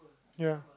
ya